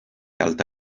alta